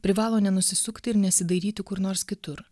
privalo nenusisukti ir nesidairyti kur nors kitur